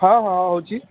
ହଁ ହଁ ହେଉଛି